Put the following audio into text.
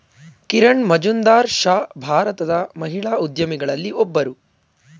ಕಿರಣ್ ಮಜುಂದಾರ್ ಶಾ ಭಾರತದ ಮಹಿಳಾ ಉದ್ಯಮಿಗಳಲ್ಲಿ ಒಬ್ಬರು